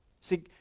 See